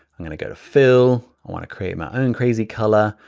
i'm gonna go to fill. i wanna create my own crazy color.